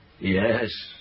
Yes